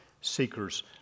seekers